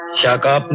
shakka, but